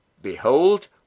Behold